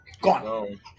Gone